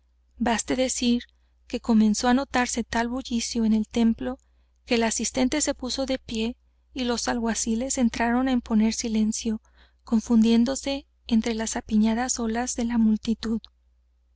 baste decir que comenzó á notarse tal bullicio en el templo que el asistente se puso de pie y los alguaciles entraron á imponer silencio confundiéndose entre las apiñadas olas de la multitud